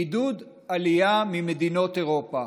לעידוד עלייה ממדינות אירופה,